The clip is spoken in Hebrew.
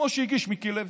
כמו שהגיש מיקי לוי.